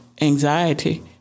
anxiety